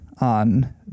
on